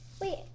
Wait